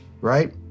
right